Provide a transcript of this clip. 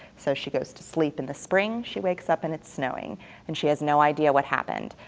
so she goes to sleep in the spring, she wakes up and its snowing and she has no idea what happened.